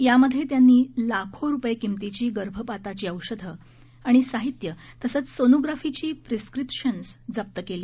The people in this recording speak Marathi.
यामध्ये त्यांनी लाखो रुपये किमतीची गर्भपाताची औषधं आणि साहित्य तसंच सोनोग्राफीची प्रिस्क्रिप्शन्स जप्त केली